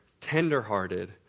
tenderhearted